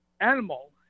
Animal